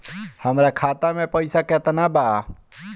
हमरा खाता में पइसा केतना बा?